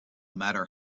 matter